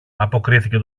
αποκρίθηκε